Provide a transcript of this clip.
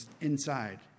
inside